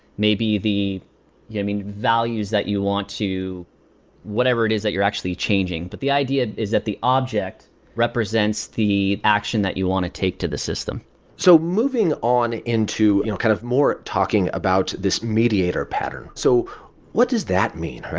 maybe the yeah values that you want to whatever it is that you're actually changing. but the idea is that the object represents the action that you want to take to the system so moving on into you know kind of more talking about this mediator pattern. so what does that mean?